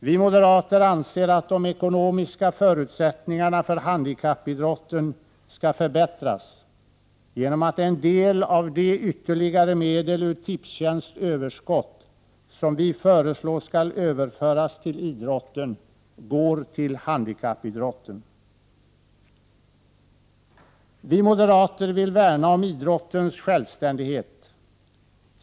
Vi moderater anser att de ekonomiska förutsättningarna för handikappidrotten skall förbättras genom att en del av de ytterligare medel ur Tipstjänsts överskott som enligt vad vi föreslår skall överföras till idrotten går till handikappidrotten. Vi moderater vill värna om idrottens självständighet.